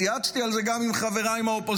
התייעצתי על זה גם עם חבריי מהאופוזיציה,